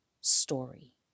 story